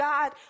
God